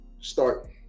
start